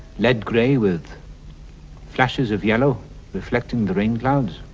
lead gray with flashes of yellow reflecting the rain clouds.